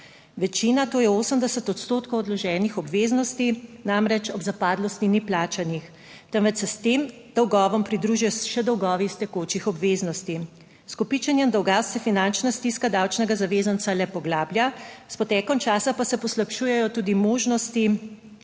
Večina, to je 80 odstotkov odloženih obveznosti, namreč ob zapadlosti ni plačanih, temveč se s tem dolgovom pridružijo še dolgovi iz tekočih obveznosti. S kopičenjem dolga se finančna stiska davčnega zavezanca le poglablja, s potekom časa pa se poslabšujejo tudi možnosti